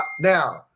now